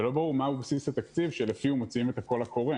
ולא ברור מה הוא בסיס התקציב שלפיו מוציאים את הקול הקורא.